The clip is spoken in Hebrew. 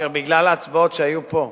בגלל ההצבעות שהיו פה.